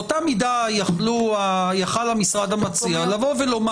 באותה מידה היה יכול המשרד המציע לומר